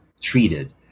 treated